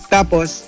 Tapos